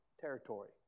territory